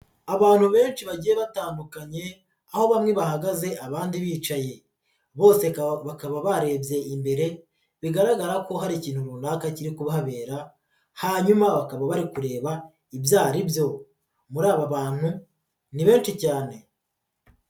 Abantu benshi bagiye batandukanye aho bamwe bahagaze abandi bicaye bose bakaba barebye imbere bigaragara ko hari ikintu runaka kiri kuhabera hanyuma bakaba bari kureba ibyo ari byo muri aba bantu ni benshi cyane.